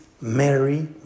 Mary